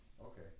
okay